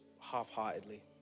half-heartedly